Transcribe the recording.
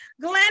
Glenn